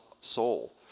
soul